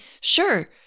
sure